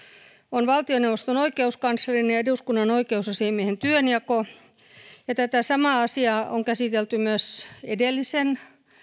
on valtioneuvoston oikeuskanslerin ja eduskunnan oikeusasiamiehen työnjako tätä samaa asiaa on käsitelty myös edellisen